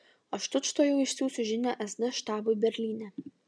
aš tučtuojau išsiųsiu žinią sd štabui berlyne